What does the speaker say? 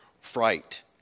fright